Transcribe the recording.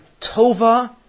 tova